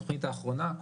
בתוכנית האחרונה,